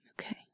okay